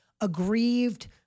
aggrieved